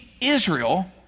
Israel